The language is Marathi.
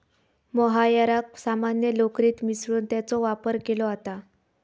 मोहायराक सामान्य लोकरीत मिसळून त्याचो वापर केलो जाता